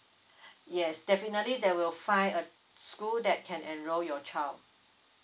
yes definitely they will find a school that can enroll your child